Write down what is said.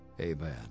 Amen